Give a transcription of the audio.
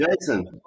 Jason